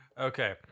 Okay